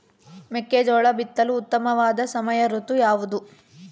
ಮೆಕ್ಕೆಜೋಳ ಬಿತ್ತಲು ಉತ್ತಮವಾದ ಸಮಯ ಋತು ಯಾವುದು?